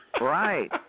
Right